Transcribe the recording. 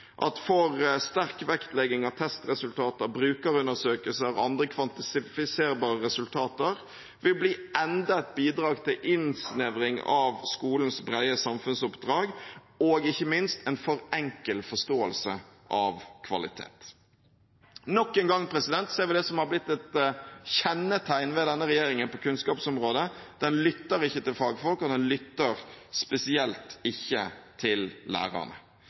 at for sterk vektlegging av testresultater, brukerundersøkelser og andre kvantifiserbare resultater vil bli enda et bidrag til innsnevring av skolens brede samfunnsoppdrag og ikke minst en for enkel forståelse av kvalitet. Nok en gang ser vi det som har blitt et kjennetegn ved denne regjeringen på kunnskapsområdet: Den lytter ikke til fagfolk, og den lytter spesielt ikke til lærerne.